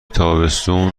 تابستون